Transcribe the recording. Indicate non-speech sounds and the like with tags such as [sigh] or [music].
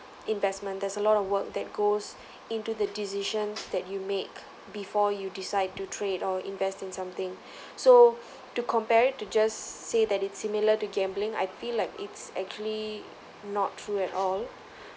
investment there's a lot of work that goes into the decisions that you make before you decide to trade or invest in something [breath] so to compare it to just say that it's similar to gambling I feel like it's actually not true at all